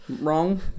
Wrong